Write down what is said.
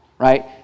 Right